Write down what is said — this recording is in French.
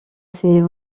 ses